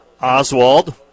Oswald